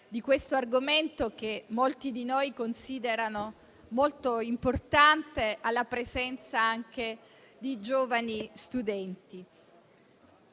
di questo argomento, che molti di noi considerano davvero importante, alla presenza di giovani studenti.